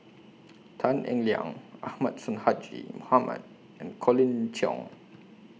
Tan Eng Liang Ahmad Sonhadji Mohamad and Colin Cheong